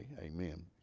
Amen